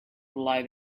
live